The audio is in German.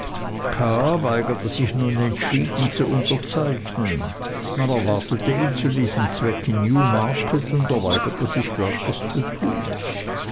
weigerte sich nun entschieden zu unterzeichnen man erwartete ihn zu diesem zweck in newmarket und er weigerte sich glatt es zu tun